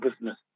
business